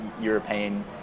European